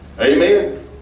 Amen